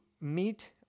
meet